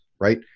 right